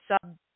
sub